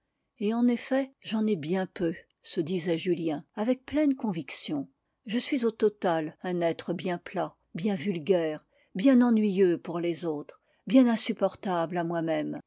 et en effet j'en ai bien peu se disait julien avec pleine conviction je suis au total un être bien plat bien vulgaire bien ennuyeux pour les autres bien insupportable à moi-même